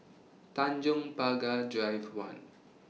Tanjong Pagar Drive one